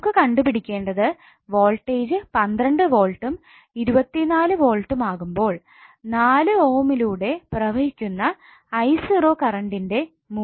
നമുക്ക് കണ്ടുപിടിക്കേണ്ടത് വോൾട്ടേജ് 12 വോൾട്ടും 24 വോൾട്ടും ആകുമ്പോൾ 4 ഓം ലൂടെ പ്രവഹിക്കുന്ന 𝐼0 കറൻറ്ന്റെ മൂല്യം ആണ്